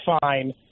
fine